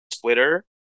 Twitter